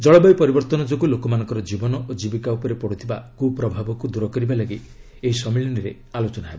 ଜଳବାୟୁ ପରିବର୍ତ୍ତନ ଯୋଗୁଁ ଲୋକମାନଙ୍କର ଜୀବନ ଓ ଜୀବିକା ଉପରେ ପଡ଼ୁଥିବା କୁ ପ୍ରଭାବକୁ ଦୂର କରିବା ଲାଗି ଏହି ସମ୍ମିଳନୀରେ ଆଲୋଚନା ହେବ